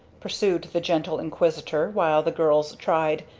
pursued the gentle inquisitor while the girls tried,